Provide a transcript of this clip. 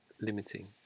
limiting